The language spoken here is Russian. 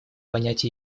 понять